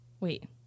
Wait